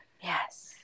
Yes